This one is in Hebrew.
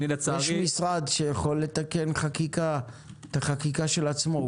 משרד ממשלתי יכול לתקן את החקיקה של עצמו.